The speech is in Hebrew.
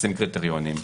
לשים קריטריונים,